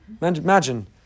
Imagine